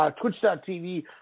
Twitch.tv